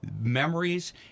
memories